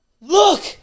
look